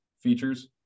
features